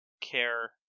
care